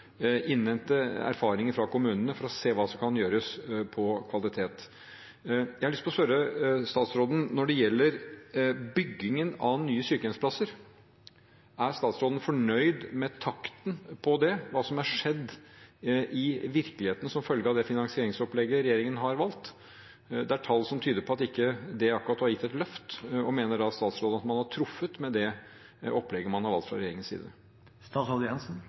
innhente erfaringer fra kommunene for å se hva som kan gjøres på kvalitet. Jeg har lyst til å spørre statsråden: Når det gjelder bygging av nye sykehjemsplasser, er statsråden fornøyd med takten på det, hva som har skjedd i virkeligheten som følge av det finansieringsopplegget regjeringen har valgt? Det er tall som tyder på at det ikke akkurat har gitt et løft. Mener statsråden da at man har truffet med det opplegget man har valgt fra regjeringens